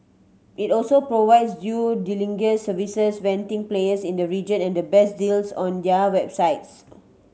it also provides due diligence services vetting players in the region and the best deals on their websites